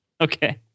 Okay